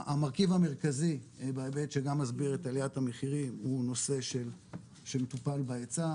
המרכיב המרכזי בהיבט שגם מסביר את עליית המחירים הוא נושא שמטופל בהיצע,